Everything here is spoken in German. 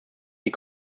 die